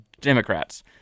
Democrats